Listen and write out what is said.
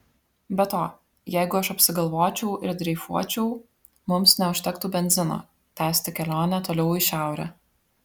be to jeigu aš apsigalvočiau ir dreifuočiau mums neužtektų benzino tęsti kelionę toliau į šiaurę